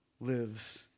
lives